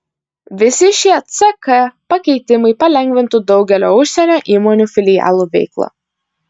visi šie ck pakeitimai palengvintų daugelio užsienio įmonių filialų veiklą